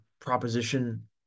proposition